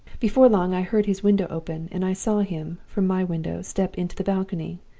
before long i heard his window opened, and i saw him, from my window, step into the balcony,